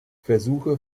versuche